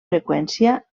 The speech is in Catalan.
freqüència